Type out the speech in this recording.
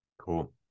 Cool